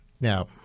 Now